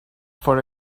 for